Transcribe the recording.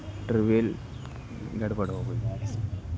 travel گڑپڑ ہو گٮٔی